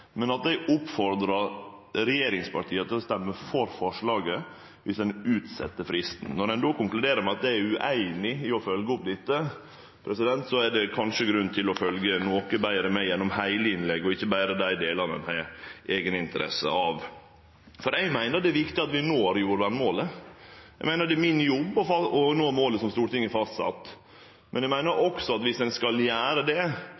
men at eg oppfordrar regjeringspartia til å stemme for forslaget dersom ein utset fristen. Når ein då konkluderer med at eg er ueinig i å følgje opp dette, er det kanskje grunn til å følgje noko betre med gjennom heile innlegget og ikkje berre dei delane ein har eigeninteresse av. Eg meiner det er viktig at vi når jordvernmålet. Eg meiner det er min jobb å nå målet som Stortinget har fastsett, men eg meiner også at dersom ein skal gjere det,